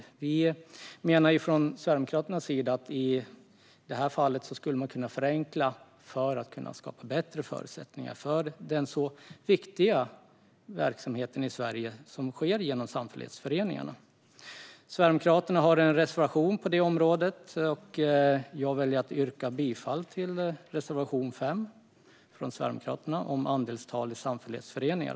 Sverigedemokraterna menar att man i det här fallet skulle kunna förenkla, för att kunna skapa bättre förutsättningar för den viktiga verksamhet som sker i Sverige genom samfällighetsföreningarna. Sverigedemokraterna har en reservation på det området. Jag väljer att yrka bifall till reservation 5 från Sverigedemokraterna om andelstal i samfällighetsföreningar.